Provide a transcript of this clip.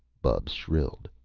bubs shrilled.